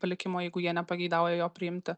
palikimo jeigu jie nepageidauja jo priimti